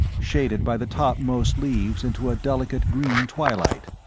shaded by the topmost leaves into a delicate green twilight.